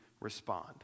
respond